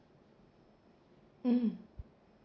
mm